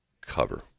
cover